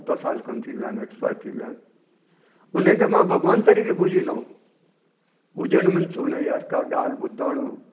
सत साल खनि थी विया आहिनि एक्सपायर थी विया आहिनि उन खे मां भॻिवान तरक़े पूॼींदो हुउमि पूॼण मीन्स हुन जा हर हिकु ॻाल्हि ॿुधणु